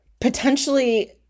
potentially